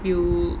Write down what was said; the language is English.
you